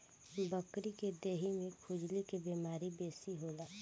बकरी के देहि में खजुली के बेमारी बेसी होला